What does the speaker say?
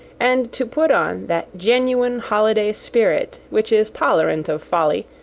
and to put on that genuine holiday spirit which is tolerant of folly,